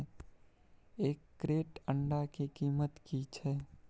एक क्रेट अंडा के कीमत की छै?